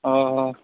ᱚᱻ